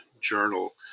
journal